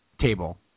table